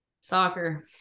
Soccer